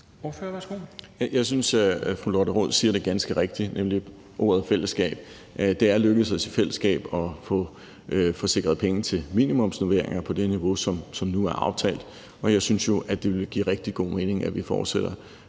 Jeg synes, at fru Lotte Rod siger det ganske rigtigt, nemlig ordet fællesskab. Det er lykkedes os i fællesskab at få sikret penge til minimumsnormeringer på det niveau, som nu er aftalt, og jeg synes jo, at det vil give rigtig god mening, at vi fortsætter